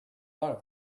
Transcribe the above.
lot